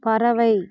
பறவை